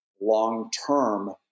long-term